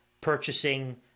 purchasing